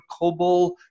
COBOL